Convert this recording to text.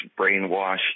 brainwashed